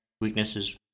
weaknesses